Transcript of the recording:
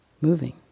moving